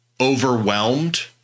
overwhelmed